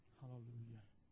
hallelujah